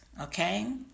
okay